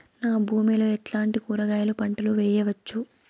నా భూమి లో ఎట్లాంటి కూరగాయల పంటలు వేయవచ్చు?